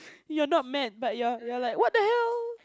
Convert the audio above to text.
you're not mad but you're you're like what the hell